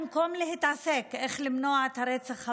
במקום להתעסק באיך למנוע את הרצח הבא,